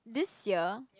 this year